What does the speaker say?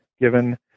given